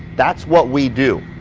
that's what we do.